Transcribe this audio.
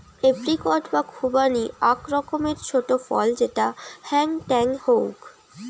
apricot বা খুবানি আক রকমের ছোট ফল যেটা হেংটেং হউক